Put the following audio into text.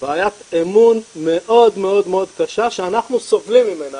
בעיית אמון מאוד מאוד מאוד קשה שאנחנו סובלים ממנה.